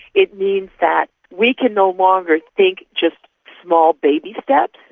it means that we can no longer think just small baby steps,